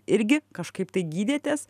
irgi kažkaip tai gydėtės